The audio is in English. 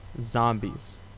zombies